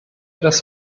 das